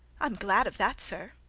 i'm glad of that, sir.